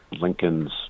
Lincoln's